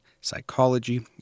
psychology